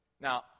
Now